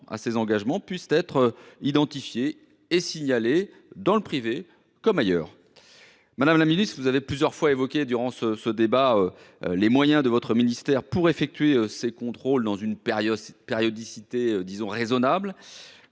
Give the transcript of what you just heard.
à ces engagements puissent être identifiés et signalés, dans le privé comme ailleurs. Madame la ministre, vous avez plusieurs fois fait état, durant ce débat, des moyens dont dispose votre ministère pour effectuer ces contrôles selon une périodicité raisonnable.